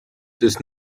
does